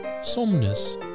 Somnus